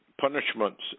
punishments